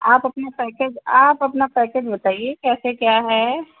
आप आपना पैकेज आप अपना पैकेज बताइए कैसे क्या है